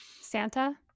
Santa